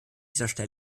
dieser